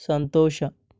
ಸಂತೋಷ